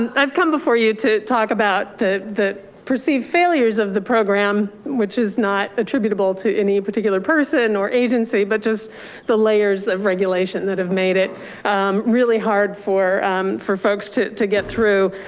um i've come before you to talk about the the perceived failures of the program, which is not attributable to any particular person or agency, but just the layers of regulation that have made it really hard for for folks to to get through.